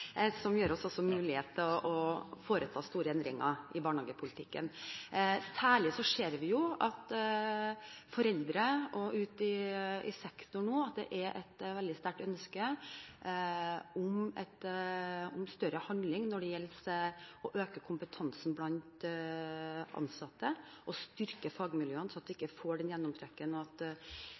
som også gir oss mulighet til å foreta store endringer i barnehagepolitikken. Vi ser nå at det særlig blant foreldre og ute i sektoren er et veldig sterkt ønske om større handling når det gjelder å øke kompetansen blant ansatte og styrke fagmiljøene, sånn at en ikke får den gjennomtrekken